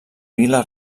vila